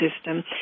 system